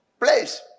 place